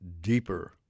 deeper